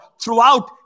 throughout